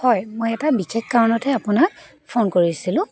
হয় মই এটা বিশেষ কাৰণতহে আপোনাক ফোন কৰিছিলোঁ